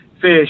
fish